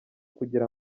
kugira